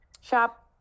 shop